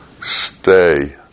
stay